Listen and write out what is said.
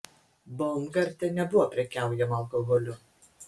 baumgarte nebuvo prekiaujama alkoholiu